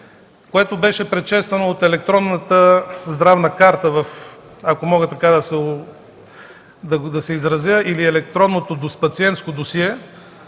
което беше предшествано от електронната здравна карта, ако мога така да се изразя, или електронното пациентско досие.